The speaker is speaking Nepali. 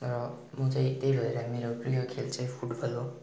र म चाहिँ त्यही भएर मेरो प्रिय खेल चाहिँ फुटबल हो